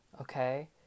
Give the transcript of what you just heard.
Okay